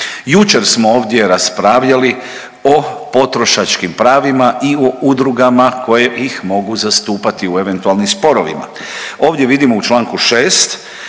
Jučer smo ovdje raspravljali o potrošačkim pravima i o udrugama koje ih mogu zastupati u eventualnim sporovima. Ovdje vidimo u čl. 6.